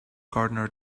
gardener